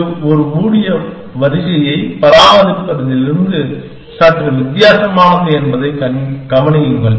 இது ஒரு மூடிய வரிசையை பராமரிப்பதில் இருந்து சற்று வித்தியாசமானது என்பதைக் கவனியுங்கள்